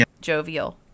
jovial